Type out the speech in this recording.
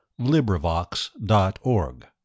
LibriVox.org